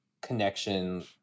connection